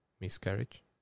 miscarriage